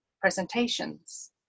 presentations